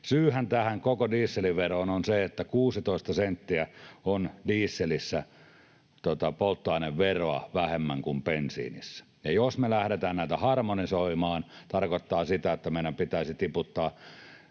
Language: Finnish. Syyhän tähän koko dieselveroon on se, että dieselissä on polttoaineveroa 16 senttiä vähemmän kuin bensiinissä, ja jos me lähdetään näitä harmonisoimaan, se tarkoittaa sitä, että meidän pitäisi tiputtaa